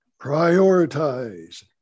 Prioritize